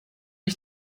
ich